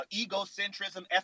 egocentrism